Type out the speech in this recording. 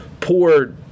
poor